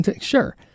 Sure